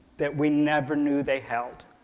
that we never knew they held,